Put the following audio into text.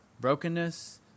brokenness